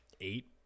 eight